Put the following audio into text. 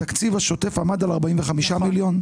התקציב השוטף עמד על 45 מיליון.